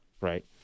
right